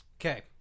okay